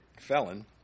felon